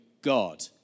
God